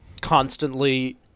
constantly